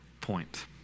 point